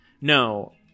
no